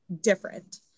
different